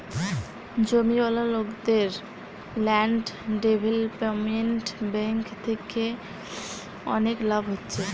জমিওয়ালা লোকদের land development bank থিকে অনেক লাভ হচ্ছে